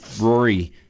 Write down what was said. Rory